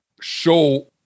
show